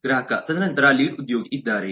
ಗ್ರಾಹಕ ತದನಂತರ ಲೀಡ್ ಉದ್ಯೋಗಿ ಇದ್ದಾರೆ